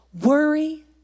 worry